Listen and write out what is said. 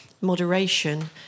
moderation